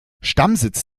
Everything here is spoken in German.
stammsitz